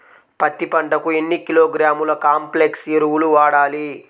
పత్తి పంటకు ఎన్ని కిలోగ్రాముల కాంప్లెక్స్ ఎరువులు వాడాలి?